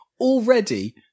already